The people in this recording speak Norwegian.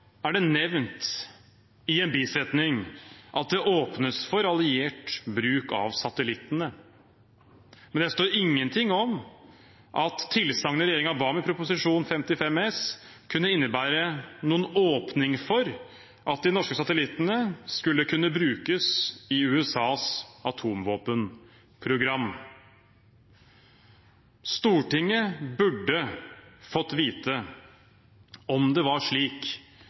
er det nevnt, i en bisetning, at det åpnes for alliert bruk av satellittene. Men det står ingenting om at tilsagnet regjeringen ba om i Prop. 55 S for 2017–2018, kunne innebære en åpning for at de norske satellittene skulle kunne brukes i USAs atomvåpenprogram. Stortinget burde fått vite om